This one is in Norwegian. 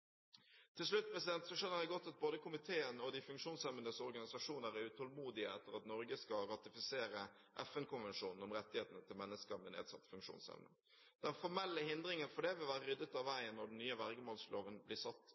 Til slutt: Jeg skjønner godt at både komiteen og de funksjonshemmedes organisasjoner er utålmodige etter at Norge skal ratifisere FN-konvensjonen om rettighetene til mennesker med nedsatt funksjonsevne. Den formelle hindringen for det vil være ryddet av veien når den nye vergemålsloven blir satt